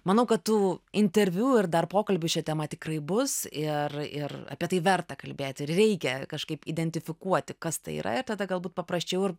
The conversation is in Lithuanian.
manau kad tų interviu ir dar pokalbių šia tema tikrai bus ir ir apie tai verta kalbėti reikia kažkaip identifikuoti kas tai yra ir tada galbūt paprasčiau ir